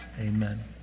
amen